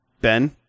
Ben